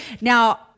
Now